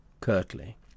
curtly